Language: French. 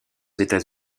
états